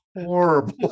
horrible